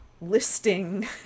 listing